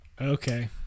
Okay